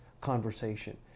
conversation